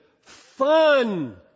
fun